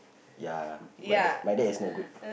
ya my dad my dad is not good